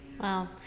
Wow